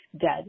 dead